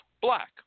black